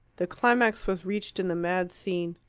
the climax was reached in the mad scene.